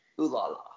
ooh-la-la